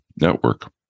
network